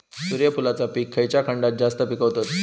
सूर्यफूलाचा पीक खयच्या खंडात जास्त पिकवतत?